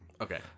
Okay